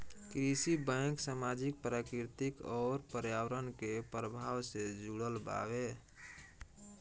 कृषि बैंक सामाजिक, प्राकृतिक अउर पर्यावरण के प्रभाव से जुड़ल बावे